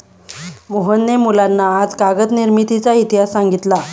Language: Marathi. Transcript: मोहनने मुलांना आज कागद निर्मितीचा इतिहास सांगितला